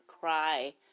cry